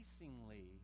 increasingly